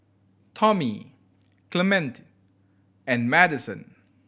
Tommy Clemente and Madison